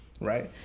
right